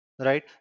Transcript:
right